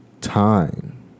Time